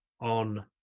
on